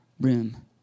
room